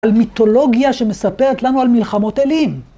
על מיתולוגיה שמספרת לנו על מלחמות אלים.